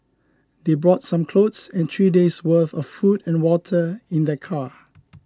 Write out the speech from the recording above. they brought some clothes and three days' worth of food and water in their car